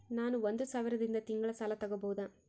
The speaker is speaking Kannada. ನಾನು ಒಂದು ಸಾವಿರದಿಂದ ತಿಂಗಳ ಸಾಲ ತಗಬಹುದಾ?